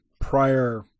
prior